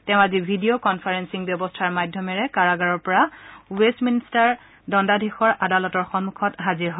তেওঁ আজি video conferencing ব্যৱস্থাৰ মাধ্যমেৰে কাৰাগাৰৰ পৰাই ৱেষ্ট মিন্টাৰ দণ্ডাধীশৰ আদালতৰ সম্মুখন হাজিৰ হয়